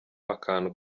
akantu